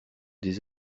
des